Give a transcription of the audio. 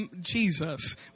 Jesus